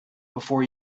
before